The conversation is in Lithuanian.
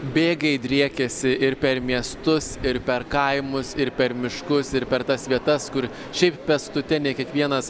bėgiai driekiasi ir per miestus ir per kaimus ir per miškus ir per tas vietas kur šiaip pėstute ne kiekvienas